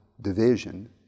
division